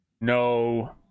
no